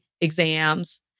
exams